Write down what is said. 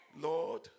Lord